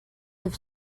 have